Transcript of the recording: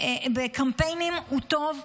בקמפיינים הוא טוב.